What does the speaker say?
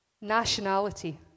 Nationality